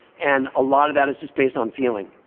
and a lot of that is just based on feeling.